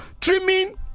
trimming